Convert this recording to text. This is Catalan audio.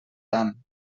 tant